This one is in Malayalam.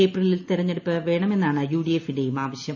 ഏപ്രിലിൽ തിരഞ്ഞെടുപ്പ് വേണമെന്നാണ് യുഡിഎഫിന്റെയും ആവശ്യം